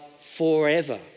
forever